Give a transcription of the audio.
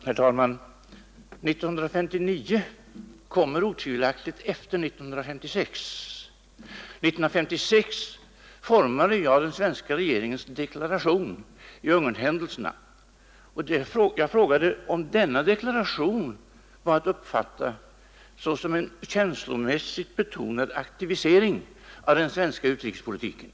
Herr talman! År 1959 kom otvivelaktigt efter år 1956. År 1956 formade jag den svenska regeringens deklaration i anledning av Ungernhändelserna. Jag frågade, om denna deklaration var att uppfatta såsom en känslomässigt betonad aktivisering av den svenska utrikespolitiken.